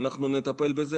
אנחנו נטפל בזה,